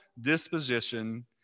disposition